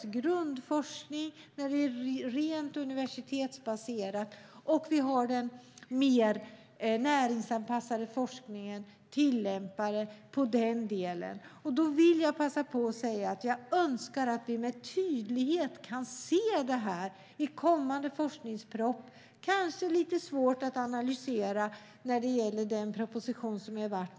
Det är grundforskningen som är rent universitetsbaserad, och det är den mer näringslivsanpassade forskningen som är tillämpad i den delen. Då vill jag passa på att säga att jag önskar att vi med tydlighet kan se det här i en kommande forskningsproposition. Det kanske är lite svårt att analysera när det gäller den proposition som är lagd.